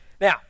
Now